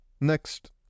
Next